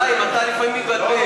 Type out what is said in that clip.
חיים, אתה לפעמים מתבלבל.